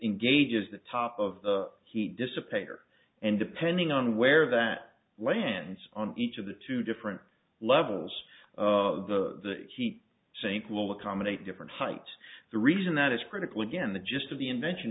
engages the top of the heat dissipate or and depending on where that lands on each of the two different levels of the heat sink will accomodate different height the reason that is critical again the gist of the invention